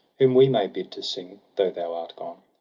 whom we may bid to sing, though thou art gone.